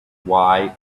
why